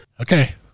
Okay